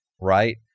right